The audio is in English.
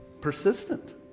Persistent